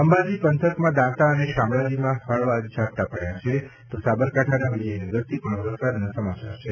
અંબાજી પંથકમાં દાંતા અને શામળાજીમાં હળવા ઝાપટા પડ્યા છે તો સાબરકાંઠાના વિજયનગરથી પણ વરસાદના સમાચાર છે